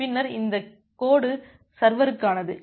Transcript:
பின்னர் இந்த கோடு சர்வருக்கானது